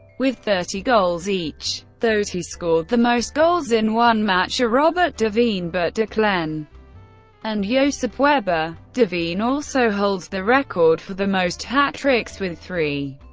with thirty goals each. those who scored the most goals in one match are robert de veen, bert de cleyn and yeah josip weber de veen also holds the record for the most hat-tricks with three.